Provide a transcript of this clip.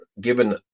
given